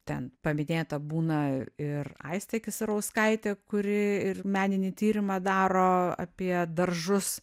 ten paminėta būna ir aistė kisarauskaitė kuri ir meninį tyrimą daro apie daržus